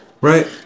Right